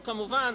כמובן,